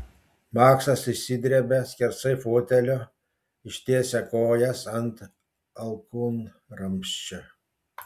maksas išsidrebia skersai fotelio ištiesia kojas ant alkūnramsčio